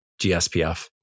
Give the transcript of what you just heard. GSPF